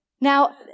Now